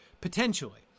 potentially